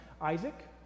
Isaac